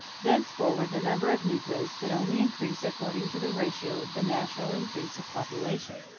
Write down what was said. thenceforward the number of negroes could only increase according to the ratio of the natural increase of population.